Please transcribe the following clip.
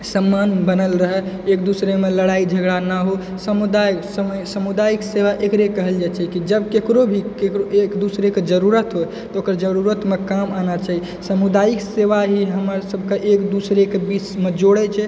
सम्मान बनल रहय एक दूसरेमे लड़ाइ झगड़ा नहि हो समुदायसँ सामुदायिक सेवा एकरे कहल जाइ छै कि जब ककरो भी ककरो एक दूसरेके जरूरत हुए तऽ ओकर जरूरतमे काम आना चाही सामुदायिक सेवा ई हमर सबके एक दूसरेके बीचमे जोड़य छै